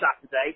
Saturday